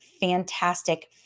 fantastic